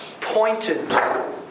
pointed